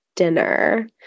Dinner